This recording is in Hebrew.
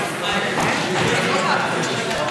מי בעד?